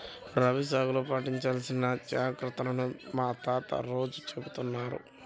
రబీ సాగులో పాటించాల్సిన జాగర్తలను మా తాత రోజూ చెబుతున్నారు